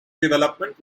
development